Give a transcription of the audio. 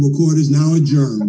who is now in germany